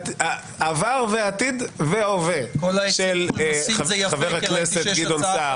עבר ועתיד והווה של חבר הכנסת גדעון סער.